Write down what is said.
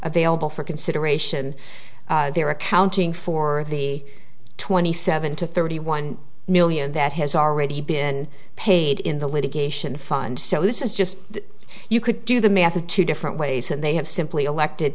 available for consideration there are accounting for the twenty seven to thirty one million that has already been paid in the litigation fund so this is just you could do the math in two different ways and they have simply elected